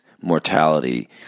mortality